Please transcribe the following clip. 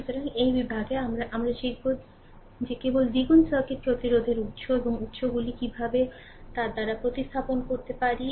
সুতরাং এই বিভাগে আমরা শিখব যে কেবল দ্বিগুণ সার্কিট প্রতিরোধের উত্স এবং উত্সগুলি কীভাবে তার দ্বারা প্রতিস্থাপন করতে পারি